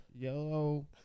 yellow